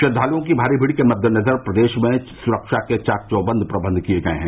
श्रद्वाल्ओं की भारी भीड़ के मददेनजर प्रदेश में सुरक्षा के चाक चौबंद प्रबंध किये गये हैं